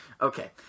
okay